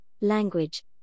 language